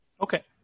Okay